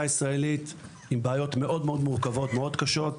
הישראלית עם בעיות מאוד מורכבות ומאוד קשות.